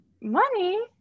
money